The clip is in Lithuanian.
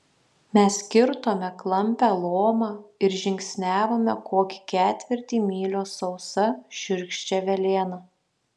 mes kirtome klampią lomą ir žingsniavome kokį ketvirtį mylios sausa šiurkščia velėna